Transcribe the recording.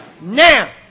now